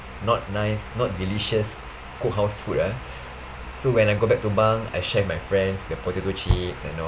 not nice not delicious cookhouse food ah so when I go back to bunk I shared with my friends the potato chips and all